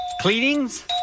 cleanings